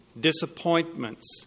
Disappointments